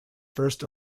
first